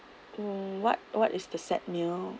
mm what what is the set meal